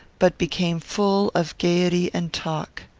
but became full of gayety and talk.